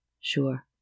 sure